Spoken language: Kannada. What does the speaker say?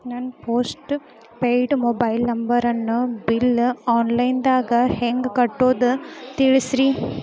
ನನ್ನ ಪೋಸ್ಟ್ ಪೇಯ್ಡ್ ಮೊಬೈಲ್ ನಂಬರನ್ನು ಬಿಲ್ ಆನ್ಲೈನ್ ದಾಗ ಹೆಂಗ್ ಕಟ್ಟೋದು ತಿಳಿಸ್ರಿ